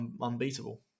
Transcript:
unbeatable